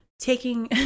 taking